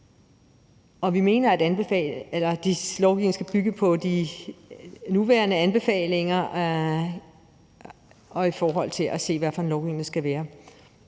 Og vi mener, at lovgivningen skal bygge på de nuværende anbefalinger. Og vi skal se på, hvilken lovgivning der skal være,